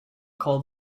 call